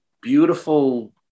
beautiful